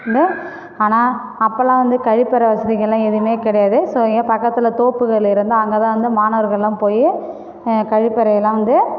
ஆனால் அப்போல்லாம் வந்து கழிப்பறை வசதிகள்னு எதுவுமே கிடையாது ஸோ எங்கையாது பக்கத்தில் தோப்புகள் இருந்தால் அங்கே தான் வந்து மாணவர்கள்லாம் போய் அ கழிப்பறையலாம் வந்து